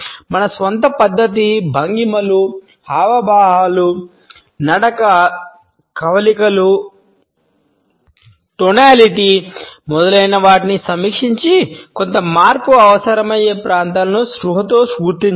మన స్వంత పద్దతి భంగిమలు హావభావాలు నడక ముఖ కవళికలు టోనాలిటీ మొదలైనవాటిని సమీక్షించి కొంత మార్పు అవసరమయ్యే ప్రాంతాలను స్పృహతో గుర్తించాలి